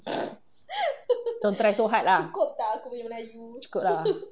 don't try so hard lah cukup lah